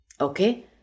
okay